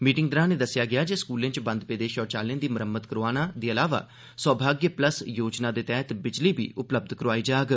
meeting दौरान ए दस्सेया गेया जे स्कूलें च बंद पेदे शौचालयें दी मरम्मत करोआने दे इलावा सौभाग्य प्लस योजना तैहत बिजली बी उपलब्ध करोआई जाग